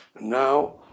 Now